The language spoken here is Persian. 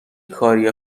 کاریه